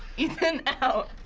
ethan out.